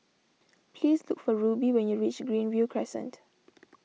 please look for Rubie when you reach Greenview Crescent